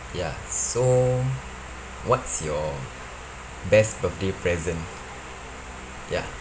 ya so what's your best birthday present ya